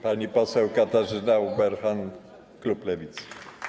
Pani poseł Katarzyna Ueberhan, klub Lewicy.